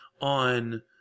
on